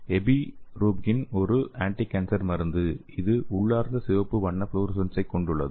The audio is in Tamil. எபிரூபிகின் ஒரு ஆன்டிகான்சர் மருந்து இது உள்ளார்ந்த சிவப்பு வண்ண ஃப்ளோரசன்ஸைக் கொண்டுள்ளது